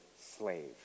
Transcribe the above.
slave